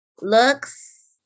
looks